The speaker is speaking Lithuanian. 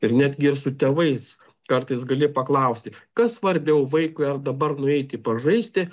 ir netgi ir su tėvais kartais gali paklausti kas svarbiau vaikui ar dabar nueiti pažaisti